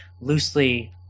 loosely